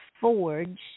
forge